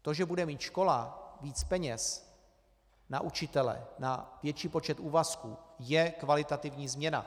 To, že bude mít škola víc peněz na učitele, na větší počet úvazků, je kvalitativní změna.